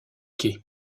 quai